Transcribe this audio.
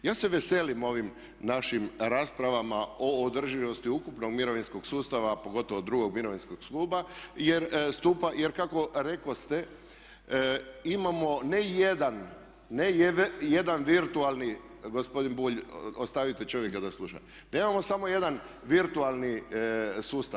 Ja se veselim ovim našim raspravama o održivosti ukupnog mirovinskog sustava, a pogotovo drugog mirovinskog stupa jer kako rekoste imamo ne jedan virtualni, gospodin Bulj ostavite čovjeka da sluša, nemamo samo jedan virtualni sustav.